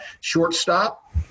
shortstop